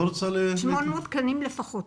תקשיב טוב - 800 תקנים לפחות.